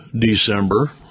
December